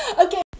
Okay